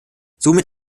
somit